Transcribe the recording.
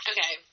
Okay